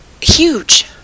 huge